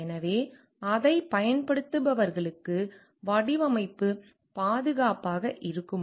எனவே அதைப் பயன்படுத்துபவர்களுக்கு வடிவமைப்பு பாதுகாப்பாக இருக்குமா